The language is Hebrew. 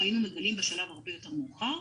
היינו מגלים בשלב הרבה יותר מאוחר.